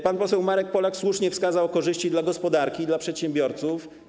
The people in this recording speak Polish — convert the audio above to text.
Pan poseł Marek Polak słusznie wskazał korzyści dla gospodarki i dla przedsiębiorców.